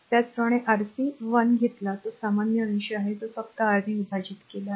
त्याचप्रमाणे Rc 1 घेताना तो सामान्य अंश आहे जो फक्त R ने विभाजित केला आहे